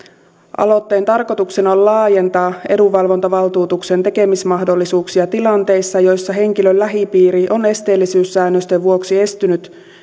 aloitteen tarkoituksena on laajentaa edunvalvontavaltuutuksen tekemismahdollisuuksia tilanteissa joissa henkilön lähipiiri on esteellisyyssäännösten vuoksi estynyt